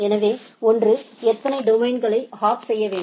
எனவே ஒன்று எத்தனை டொமைன்களைத் ஹாப் செய்ய வேண்டும்